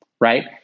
right